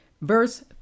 Verse